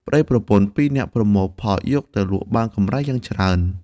ប្តីប្រពន្ធពីរនាក់ប្រមូលផលយកទៅលក់បានកំរៃយ៉ាងច្រើន ។